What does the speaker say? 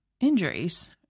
injuries